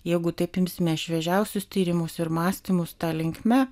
jeigu taip imsime šviežiausius tyrimus ir mąstymus ta linkme